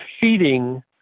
feeding